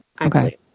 Okay